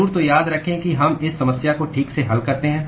ज़रूर तो याद रखें कि हम इस समस्या को ठीक से हल करते हैं